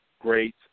great